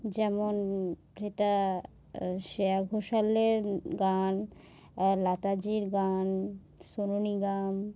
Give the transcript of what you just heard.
যেমন যেটা শ্রেয়া ঘোষালের গান লতাজির গান সোনু নিগম